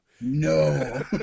No